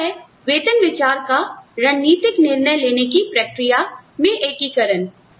दूसरा है वेतन विचार का रणनीतिक निर्णय लेने की प्रक्रिया में एकीकरण